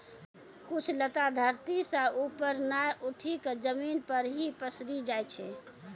कुछ लता धरती सं ऊपर नाय उठी क जमीन पर हीं पसरी जाय छै